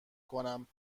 کنم